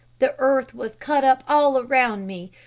the earth was cut up all around me.